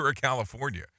California